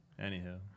anywho